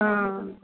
हा